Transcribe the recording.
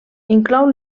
inclou